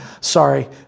sorry